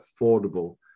affordable